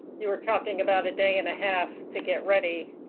you were talking about a day and a half to get ready.